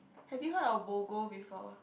have you heard of Bogo before